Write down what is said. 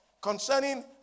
concerning